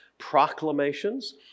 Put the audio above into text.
proclamations